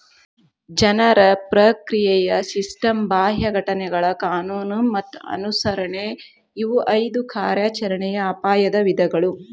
ಜನರ ಪ್ರಕ್ರಿಯೆಯ ಸಿಸ್ಟಮ್ ಬಾಹ್ಯ ಘಟನೆಗಳ ಕಾನೂನು ಮತ್ತ ಅನುಸರಣೆ ಇವು ಐದು ಕಾರ್ಯಾಚರಣೆಯ ಅಪಾಯದ ವಿಧಗಳು